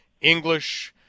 English